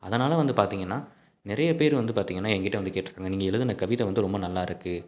அதனால் வந்து பார்த்திங்கனா நிறைய பேர் வந்து பார்த்திங்கனா என்கிட்ட வந்து கேட்டுருக்காங்க நீங்கள் எழுதுன கவிதை வந்து ரொம்ப நல்லா இருக்கு